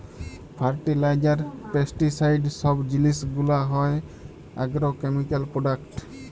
fertiliser, pesticide সব জিলিস গুলা হ্যয় আগ্রকেমিকাল প্রোডাক্ট